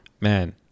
man